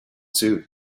too